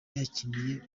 yakiniye